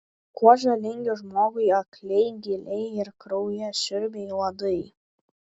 kuo žalingi žmogui akliai gyliai ir kraujasiurbiai uodai